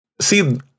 see